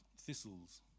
thistles